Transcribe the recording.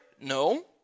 No